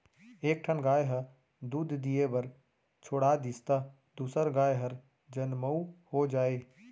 एक ठन गाय ह दूद दिये बर छोड़ातिस त दूसर गाय हर जनमउ हो जाए